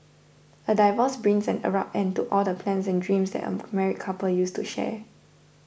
a divorce brings an abrupt end to all the plans and dreams that a married couple used to share